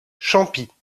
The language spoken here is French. champis